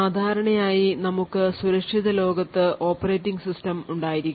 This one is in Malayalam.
സാധാരണയായി നമുക്ക് സുരക്ഷിത ലോകത്ത് ഓപ്പറേറ്റിംഗ് സിസ്റ്റം ഉണ്ടായിരിക്കും